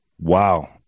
Wow